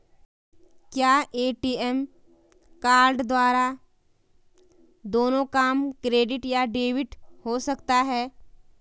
क्या ATM card द्वारा दोनों काम क्रेडिट या डेबिट हो सकता है?